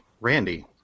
Randy